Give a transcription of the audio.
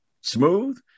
smooth